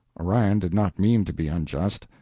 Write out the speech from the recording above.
orion did not mean to be unjust.